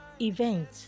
event